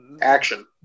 Action